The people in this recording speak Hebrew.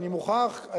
אני מוכרח,